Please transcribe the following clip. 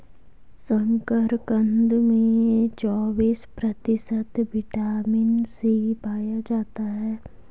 शकरकंद में चौबिस प्रतिशत विटामिन सी पाया जाता है